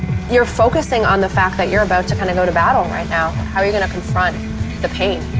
you're focusing on the fact that you're about to kind of go to battle right now, how are you gonna confront the pain?